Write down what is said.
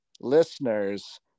listeners